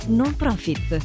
non-profit